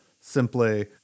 simply